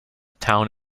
town